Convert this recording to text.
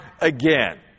again